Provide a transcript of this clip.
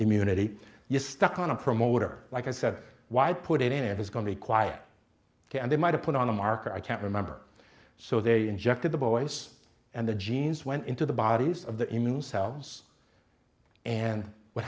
immunity you stuck on a promoter like i said why put it in it was going to be quiet and they might have put on a marker i can't remember so they injected the voice and the genes went into the bodies of the immune cells and what